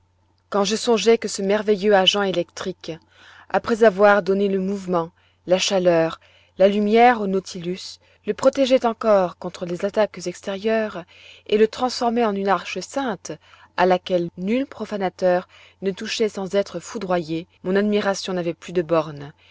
quand je songeais que ce merveilleux agent électrique après avoir donné le mouvement la chaleur la lumière au nautilus le protégeait encore contre les attaques extérieures et le transformait en une arche sainte à laquelle nul profanateur ne touchait sans être foudroyé mon admiration n'avait plus de bornes